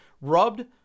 rubbed